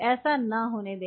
ऐसा न होने दें